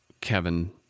Kevin